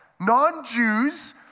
non-Jews